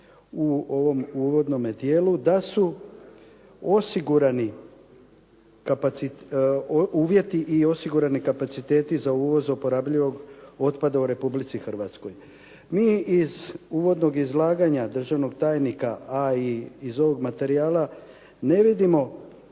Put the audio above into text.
u ovom uvodnome dijelu da su osigurani uvjeti i osigurani kapaciteti za uvoz oporabljivog otpada u Republici Hrvatskoj. Mi iz uvodnog izlaganja državnog tajnika, a i iz ovog materijala ne vidimo